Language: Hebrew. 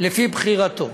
לפי בחירתו.